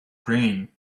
green